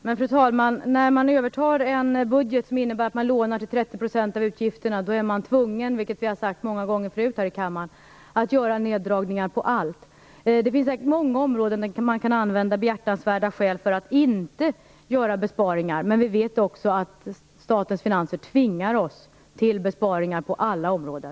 Fru talman! När man övertar en budget som innebär att man lånar till 30 % av utgifterna är man tvungen - vilket vi har sagt många gånger tidigare här i kammaren - att göra neddragningar på allt. Det finns säkert många områden där man kan anföra behjärtansvärda skäl för att inte göra besparingar, men vi vet också att statens finanser tvingar oss till besparingar på alla områden.